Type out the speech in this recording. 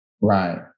Right